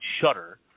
shutter